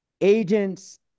Agents